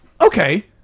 Okay